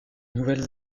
nouvelle